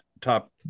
top